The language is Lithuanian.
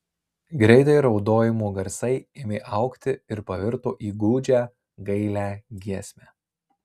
greitai raudojimų garsai ėmė augti ir pavirto į gūdžią gailią giesmę